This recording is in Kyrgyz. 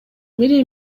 мэрия